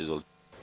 Izvolite.